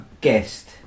guest